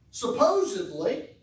Supposedly